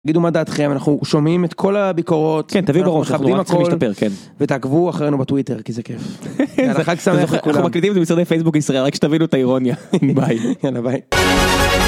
תגידו מה דעתכם אנחנו שומעים את כל הביקורות (כן, תביאו בראש אנחנו רק רוצים להשתפר כן) ותעקבו אחרינו בטוויטר כי זה כיף. אנחנו מקליטים את זה במשרדי פייסבוק ישראל רק שתבינו את האירוניה ביי